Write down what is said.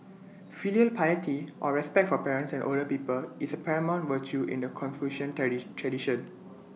filial piety or respect for parents and older people is A paramount virtue in the Confucian tradition